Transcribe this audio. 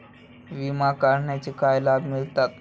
विमा काढण्याचे काय लाभ मिळतात?